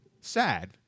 sad